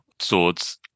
swords